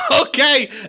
Okay